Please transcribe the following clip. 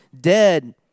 dead